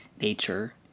nature